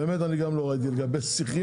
באמת אני גם לא ראיתי לגבי שיחים.